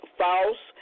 false